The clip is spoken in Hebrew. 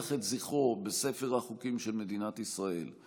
את זכרו בספר החוקים של מדינת ישראל.